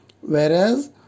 whereas